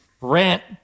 rant